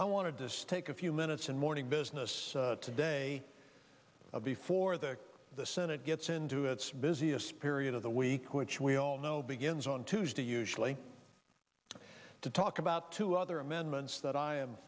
i want to stake a few minutes and morning business today before the senate gets into its busiest period of the week which we all know begins on tuesday usually to talk about two other amendments that i am